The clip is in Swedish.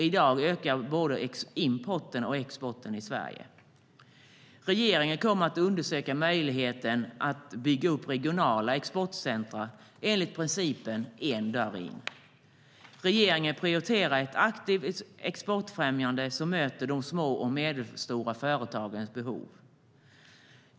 I dag ökar både importen och exporten i Sverige. Regeringen kommer att undersöka möjligheten att bygga upp regionala exportcentrum enligt principen En dörr in. Regeringen prioriterar ett aktivt exportfrämjande som möter de små och medelstora företagens behov.